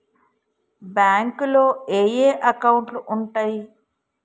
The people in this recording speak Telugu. బ్యాంకులో ఏయే అకౌంట్లు ఉంటయ్?